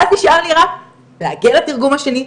ואז נשאר לי רק להגיע לתרגום השני,